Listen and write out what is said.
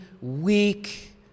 weak